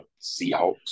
Seahawks